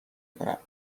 کنم